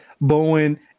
Bowen